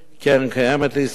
קרן קיימת לישראל,